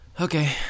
Okay